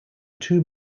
two